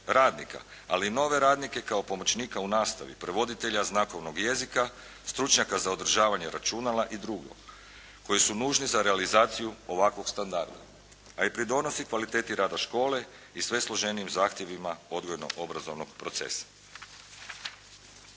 radnika, ali i nove radnike kao pomoćnika u nastavi, prevoditelja znakovnog jezika, stručnjaka za održavanje računala i dr. koji su nužni za realizaciju ovakvog standarda, a i pridonosi kvaliteti rada škole i sve složenijim zahtjevima odgojno obrazovnog procesa.